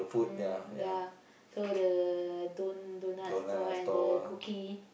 mm ya so the don~ donut store and the cookie